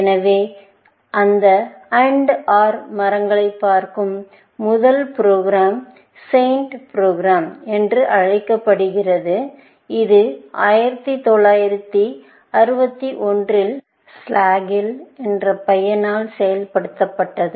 Refer Slid Time 2355 அந்த AND OR மரங்களைப் பார்க்கும் முதல் ப்ரோக்ராம் SAINT ப்ரோக்ராம் என்று அழைக்கப்படுகிறது இது 1961 இல் ஸ்லேகிள் என்ற பையனால் செயல்படுத்தப்பட்டது